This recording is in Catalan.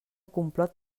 complot